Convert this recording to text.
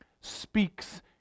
speaks